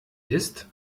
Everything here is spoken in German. ist